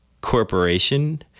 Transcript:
Corporation